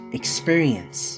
experience